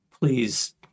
please